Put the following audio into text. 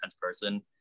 person